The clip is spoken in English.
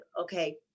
okay